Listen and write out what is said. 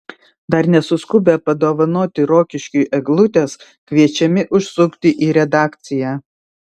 dar nesuskubę padovanoti rokiškiui eglutės kviečiami užsukti į redakciją